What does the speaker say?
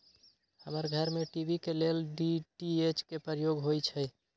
हमर घर में टी.वी के लेल डी.टी.एच के प्रयोग होइ छै